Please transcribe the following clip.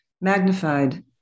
magnified